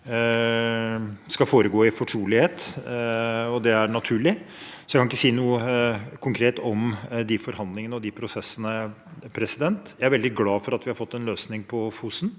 skal skje i fortrolighet – det er naturlig. Så jeg kan ikke si noe konkret om de forhandlingene og prosessene. Jeg er veldig glad for at vi har fått en løsning for